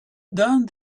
done